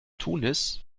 tunis